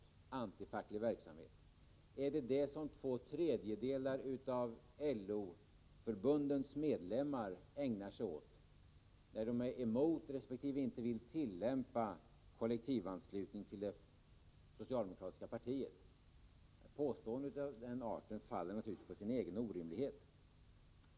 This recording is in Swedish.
Är det antifacklig verksamhet som två tredjedelar av LO-förbundens medlemmar ägnar sig åt, när de är emot resp. inte vill tillämpa kollektivanslutning till det socialdemokratiska partiet? Ett påstående av den arten faller naturligtvis på sin egen orimlighet.